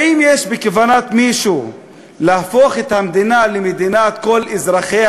האם יש בכוונת מישהו להפוך את המדינה למדינת כל אזרחיה,